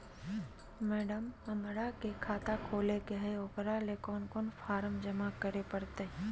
Madam, हमरा के खाता खोले के है उकरा ले कौन कौन फारम जमा करे परते?